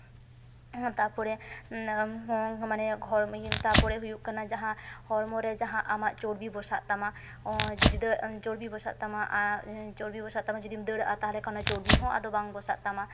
ᱦᱮᱸ ᱛᱟᱨᱯᱚᱨᱮ ᱢᱟᱱᱮ ᱜᱷᱚᱨ ᱛᱟᱯᱚᱨᱮ ᱦᱩᱭᱩᱜ ᱠᱟᱱᱟ ᱡᱟᱦᱟᱸ ᱦᱚᱲᱢᱚ ᱨᱮ ᱡᱟᱦᱟᱸ ᱟᱢᱟᱜ ᱪᱚᱨᱵᱤ ᱵᱚᱥᱟᱜ ᱛᱟᱢᱟ ᱚᱱᱟ ᱡᱩᱫᱤ ᱫᱟᱹᱲ ᱪᱚᱨᱵᱤ ᱵᱚᱥᱟᱜ ᱛᱟᱢᱟ ᱟᱨ ᱪᱚᱨᱵᱤ ᱵᱚᱥᱟᱜ ᱛᱟᱢᱟ ᱡᱩᱫᱤᱢ ᱫᱟᱹᱲᱟᱜᱼᱟ ᱛᱟᱦᱞᱮ ᱠᱷᱟᱱ ᱚᱱᱟ ᱪᱚᱨᱵᱤ ᱦᱚᱸ ᱟᱫᱚ ᱵᱟᱝ ᱵᱚᱥᱟᱜ ᱛᱟᱢᱟ